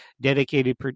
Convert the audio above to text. dedicated